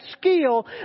skill